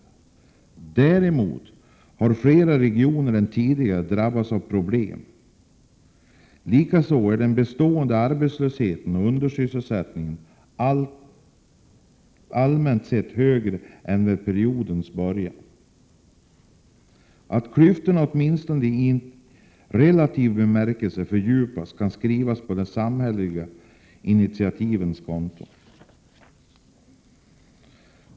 Däremot har fler regioner än tidigare drabbats av problem. Likaså är den bestående arbetslösheten och undersysselsättningen allmänt sett större än vid periodens början. Att klyftorna åtminstone inte i relativ bemärkelse fördjupats kan skrivas på de samhälleliga initiativens konto.